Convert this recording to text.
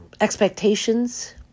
expectations